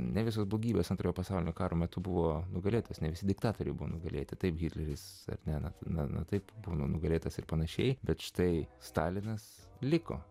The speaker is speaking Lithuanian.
ne visos blogybės antrojo pasaulinio karo metu buvo nugalėtas ne visi diktatoriai buvo nugalėti taip hitleris ar ne na taip būna nugalėtas ir pan bet štai stalinas liko